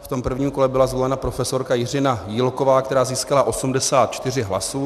V tom prvním kole byla zvolena profesorka Jiřina Jílková, která získala 84 hlasů.